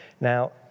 Now